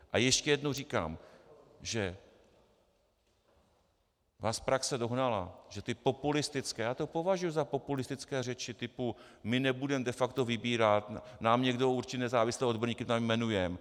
A ještě jednou říkám, že vás praxe dohnala, že ty populistické já to považuji za populistické, řeči typu my nebudeme de facto vybírat, nám někdo určí nezávislé odborníky, tak je jmenujeme.